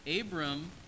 Abram